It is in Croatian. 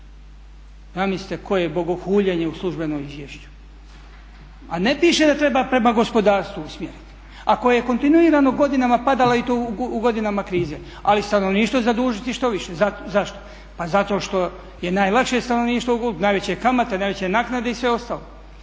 Zamislite koje bogohuljenje u službenom izvješću. A ne piše da treba prema gospodarstvu usmjeriti. Ako je kontinuirano godinama padalo i to u godinama krize, ali stanovništvo zadužiti što više, zašto? Pa zato što je najlakše stanovništvo oguliti, najveće kamate, najveće naknade i sve ostalo.